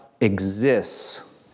exists